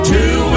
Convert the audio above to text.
Two